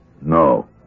No